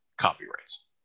copyrights